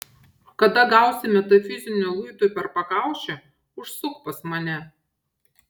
kada gausi metafiziniu luitu per pakaušį užsuk pas mane